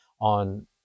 on